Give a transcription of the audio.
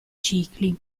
cicli